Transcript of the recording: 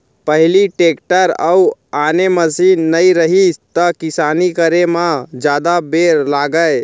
पहिली टेक्टर अउ आने मसीन नइ रहिस त किसानी करे म जादा बेर लागय